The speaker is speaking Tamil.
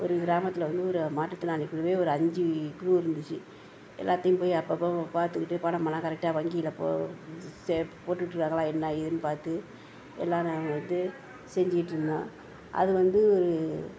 ஒரு கிராமத்தில் வந்து ஒரு மாற்றுத்திறனாளி குழு ஒரு அஞ்சு குழு இருந்துச்சு எல்லாத்தையும் போய் அப்பப்போ பார்த்துகிட்டு பணமெல்லாம் கரெக்டாக வங்கியில் போட்டுக்கிட்டுருக்காங்களா என்ன ஏதுன்னு பார்த்து எல்லாம் நாங்கள் வந்து செஞ்சிகிட்ருந்தோம் அது வந்து